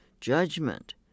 judgment